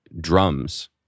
drums